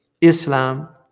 islam